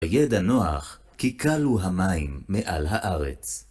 וידע הנוח, כי קלו המים מעל הארץ.